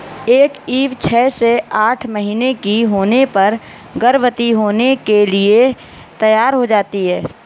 एक ईव छह से आठ महीने की होने पर गर्भवती होने के लिए तैयार हो जाती है